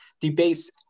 debates